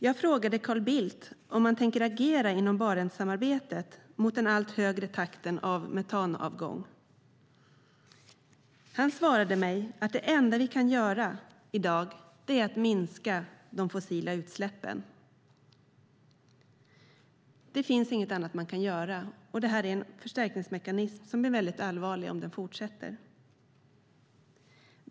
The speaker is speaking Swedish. Jag frågade Carl Bildt om man tänker agera inom Barentssamarbetet mot den allt högre takten av metanavgång. Han svarade mig att det enda vi kan göra i dag är att minska de fossila utsläppen. Det handlar om en förstärkningsmekanism som är mycket allvarlig om den fortsätter.